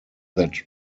that